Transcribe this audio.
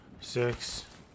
six